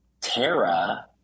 Tara